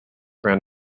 ran